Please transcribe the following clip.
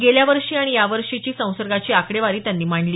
गेल्यावर्षी आणि यावर्षीची संसर्गाची आकडेवारीही त्यांनी मांडली